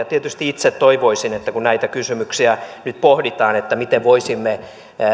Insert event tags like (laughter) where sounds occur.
(unintelligible) tietysti itse toivoisin että kun näitä kysymyksiä nyt pohditaan miten voisimme